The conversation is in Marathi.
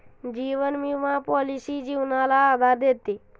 जीवन विमा पॉलिसी जीवनाला आधार देते